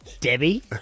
Debbie